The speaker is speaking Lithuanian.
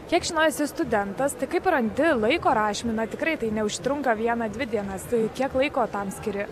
kiek žinau esi studentas tai kaip randi laiko rašymui na tikrai tai neužtrunka vieną dvi dienas tai kiek laiko tam skiri